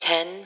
Ten